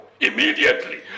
Immediately